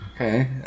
Okay